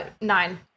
nine